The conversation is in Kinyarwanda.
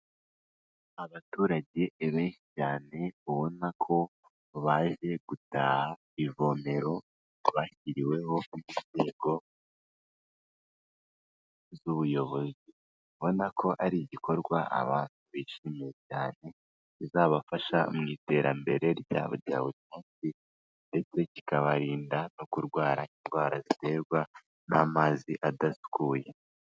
Abaturage benshi cyane ubona ko baje gutaha ivomero bashyiriweho n'inzego z'ubuyobozi, ubona ko ari igikorwa abantu bishimiye cyane kizabafasha mu iterambere ryabo rya buri munsi, ndetse kikabarinda no kurwara indwara ziterwa n'amazi adasukuye.